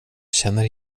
känner